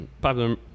Popular